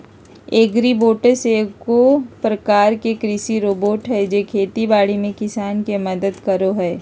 agribots एगो प्रकार के कृषि रोबोट हय जे खेती बाड़ी में किसान के मदद करो हय